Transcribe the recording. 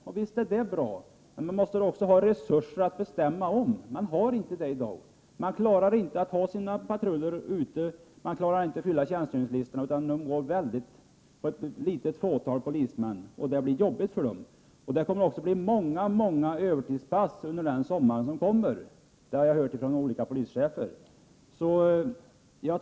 Ja, visst är det bra, men det måste även finnas resurser att bestämma om. Dessa resurser finns inte i dag. Det är i dag inte möjligt att ha tillräckligt med patruller ute, och det är inte heller möjligt att fylla tjänstgöringslistorna. Det blir därför mycket jobbigt för det fåtal polismän som skall klara av detta. Under den kommande sommaren kommer det att bli många övertidspass för poliserna. Det har jag hört från olika polischefer.